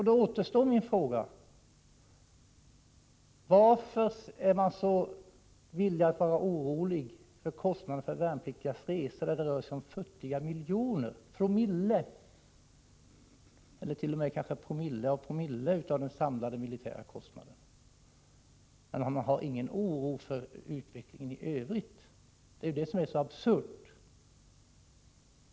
Då återstår min fråga: Varför är man så villig att visa att man är orolig över kostnaderna för värnpliktigas resor när det bara rör sig om futtiga miljoner — om promille, eller kanske t.o.m. promille av promille, av den samlade militära kostnaden. Man hyser dock ingen oro över utvecklingen i övrigt, och det är det som är så absurt.